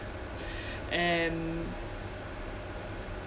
and